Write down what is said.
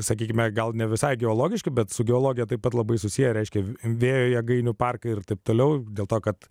sakykime gal ne visai geologiškai bet su geologe taip pat labai susiję reiškia vėjo jėgainių parką ir taip toliau dėl to kad